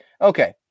Okay